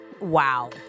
wow